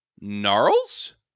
Gnarls